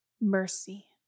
mercy